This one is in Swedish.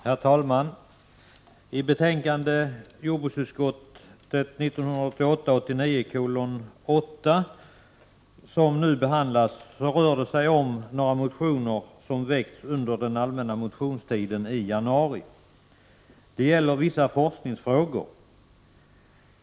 Herr talman! Jordbruksutskottets betänkande 1988/89:8 behandlar några motioner väckta under allmänna motionstiden i januari. Det gäller vissa forskningsfrågor.